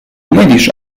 mylisz